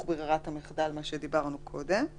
(הוראת שעה), התש"ף 2020‏ (להלן,